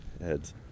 Heads